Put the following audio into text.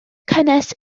cynnes